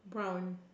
brown